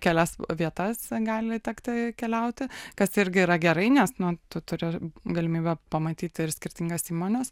kelias vietas gali tekti keliauti kas irgi yra gerai nes nu to turi galimybę pamatyti ir skirtingas įmones